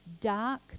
dark